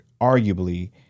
arguably